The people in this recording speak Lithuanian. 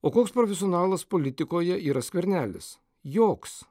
o koks profesionalas politikoje yra skvernelis joks